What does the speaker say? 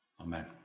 Amen